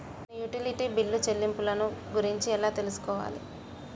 నేను utility bill చెల్లింపులను గురించి ఎలా తెలుసుకోవాలి?